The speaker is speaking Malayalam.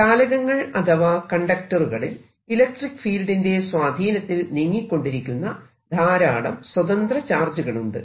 ചാലകങ്ങൾ അഥവാ കണ്ടക്ടറുകളിൽ ഇലക്ട്രിക്ക് ഫീൽഡിന്റെ സ്വാധീനത്തിൽ നീങ്ങിക്കൊണ്ടിരിക്കുന്ന ധാരാളം സ്വതന്ത്ര ചാർജുകളുണ്ട്